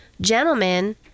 gentlemen